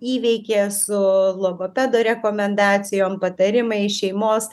įveikė su logopedo rekomendacijom patarimai šeimos